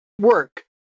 work